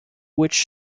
which